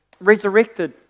resurrected